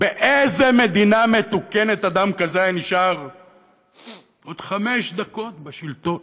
באיזה מדינה מתוקנת אדם כזה היה נשאר עוד חמש דקות בשלטון?